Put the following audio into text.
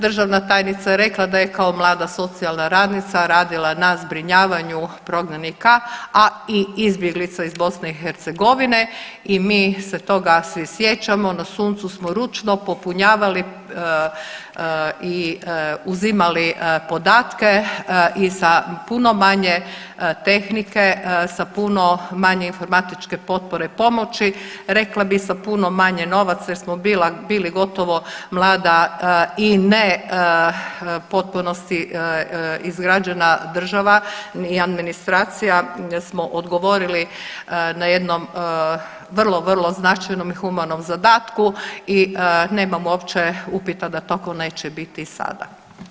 Državna tajnica je rekla da je kao mlada socijalna radnica radila na zbrinjavanju prognanika, a i izbjeglica iz BiH i mi se toga svi sjećamo, na suncu smo ručno popunjavali i uzimali podatke i sa puno manje tehnike, sa puno manje informatičke potpore i pomoći, rekla bi sa puno manje novaca jer smo bili gotovo mlada i ne u potpunosti izgrađena država, ni administracija, smo odgovorili na jednom vrlo vrlo značajnom i humanom zadatku i nemamo uopće upita da tako neće biti i sada.